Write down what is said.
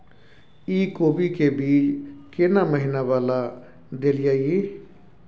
इ कोबी के बीज केना महीना वाला देलियैई?